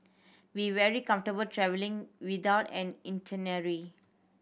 be very comfortable travelling without an itinerary